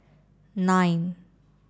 nine